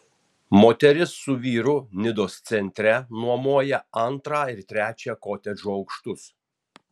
moteris su vyru nidos centre nuomoja antrą ir trečią kotedžo aukštus